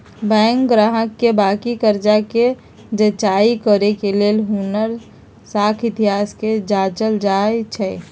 bank गाहक के बाकि कर्जा कें जचाई करे के लेल हुनकर साख इतिहास के जाचल जाइ छइ